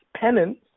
penance